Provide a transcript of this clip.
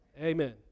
Amen